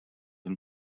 him